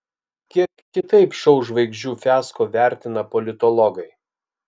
kiek kitaip šou žvaigždžių fiasko vertina politologai